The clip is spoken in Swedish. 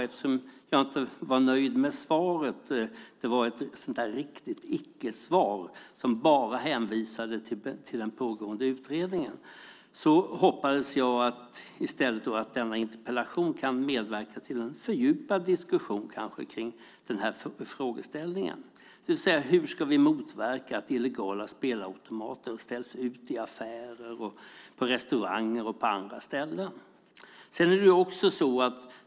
Eftersom jag inte var nöjd med svaret - det var ett riktigt icke-svar som bara hänvisade till den pågående utredningen - hoppades jag i stället att denna interpellation skulle kunna medverka till en fördjupad diskussion kring den här frågeställningen, det vill säga hur vi ska motverka att illegala spelautomater ställs ut i affärer, på restauranger och andra ställen.